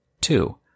Two